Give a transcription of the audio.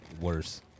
worse